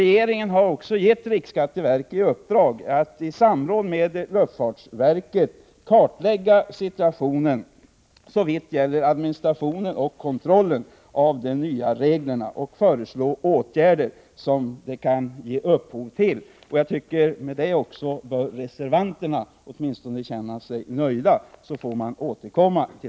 Regeringen har också gett riksskatteverket i uppdrag att i samråd med luftfartsverket kartlägga situationen såvitt gäller administration och kontroll av de nya reglerna och föreslå de åtgärder denna kartläggning kan ge upphov till. Så får man återkomma till frågan, och med det bör reservanterna känna sig nöjda. Herr talman!